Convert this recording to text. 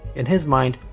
in his mind,